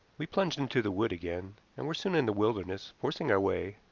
we plunged into the wood again, and were soon in the wilderness, forcing our way,